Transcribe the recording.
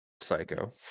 psycho